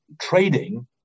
trading